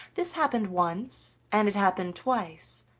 this happened once, and it happened twice,